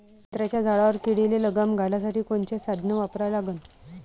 संत्र्याच्या झाडावर किडीले लगाम घालासाठी कोनचे साधनं वापरा लागन?